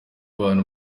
abantu